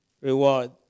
reward